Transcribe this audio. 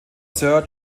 sir